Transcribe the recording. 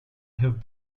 have